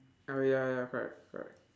oh ya ya correct correct